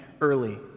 early